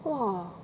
!wah!